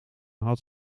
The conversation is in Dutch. had